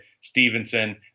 Stevenson